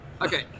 Okay